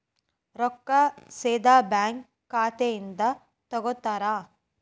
ರೊಕ್ಕಾ ಸೇದಾ ಬ್ಯಾಂಕ್ ಖಾತೆಯಿಂದ ತಗೋತಾರಾ?